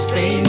Say